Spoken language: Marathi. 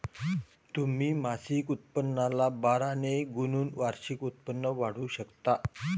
तुम्ही मासिक उत्पन्नाला बारा ने गुणून वार्षिक उत्पन्न काढू शकता